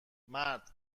مرد